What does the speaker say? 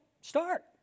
start